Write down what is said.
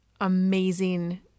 amazing